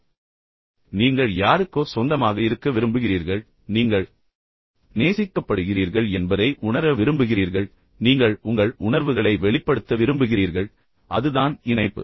சரி நீங்கள் யாருக்கோ சொந்தமாக இருக்க விரும்புகிறீர்கள் பின்னர் நீங்கள் நேசிக்கப்படுகிறீர்கள் என்பதை உணர விரும்புகிறீர்கள் பின்னர் நீங்களும் ஒருவரை நேசிக்க விரும்புகிறீர்கள் நீங்கள் உங்கள் உணர்வுகளை வெளிப்படுத்த விரும்புகிறீர்கள் அதுதான் இணைப்பு